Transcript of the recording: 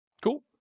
Cool